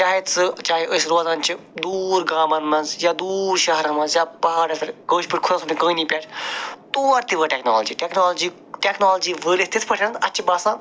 چاہے سُہ چاہے أسۍ روزان چھِ دوٗر گامَن منٛز یا دوٗر شہرَن منٛز یا پہاڑَس پٮ۪ٹھ کٲش پٲٹھۍ خُدا صٲبنہِ کٲنی پٮ۪ٹھ تور تہِ وٲژ ٹیکنالجی ٹیکنالجی ٹیکنالجی تِتھ پٲٹھۍ اَسہِ چھِ باسان